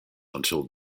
until